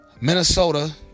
Minnesota